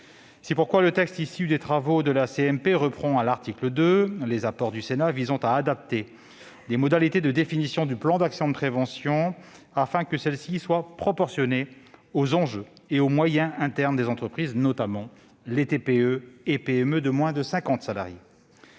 C'est pourquoi le texte issu des travaux de la commission mixte paritaire reprend, à l'article 2, les apports du Sénat visant à adapter les modalités de définition du plan d'actions de prévention, afin que celles-ci soient proportionnées aux enjeux et aux moyens internes des entreprises, notamment les TPE et PME de moins de cinquante salariés.